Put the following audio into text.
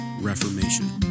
reformation